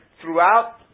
throughout